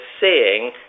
seeing